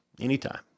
anytime